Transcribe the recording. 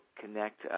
connect